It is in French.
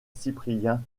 cyprien